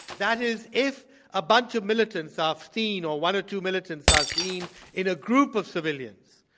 that is if a bunch of militants are seen or one or two militants are seen in a group of civilians,